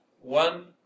one